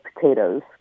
potatoes